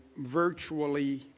virtually